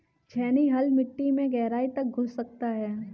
छेनी हल मिट्टी में गहराई तक घुस सकता है